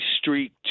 Street